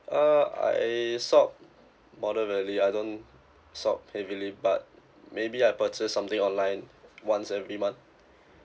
uh I shop moderately I don't shop heavily but maybe I purchase something online once every month